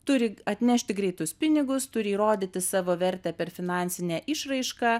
turi atnešti greitus pinigus turi įrodyti savo vertę per finansinę išraišką